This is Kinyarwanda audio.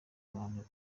abantu